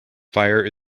fire